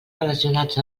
relacionats